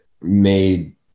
made